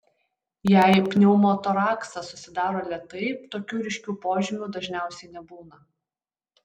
jei pneumotoraksas susidaro lėtai tokių ryškių požymių dažniausiai nebūna